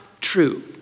true